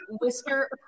whisker